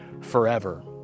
forever